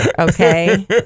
okay